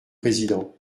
président